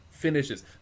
Finishes